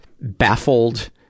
baffled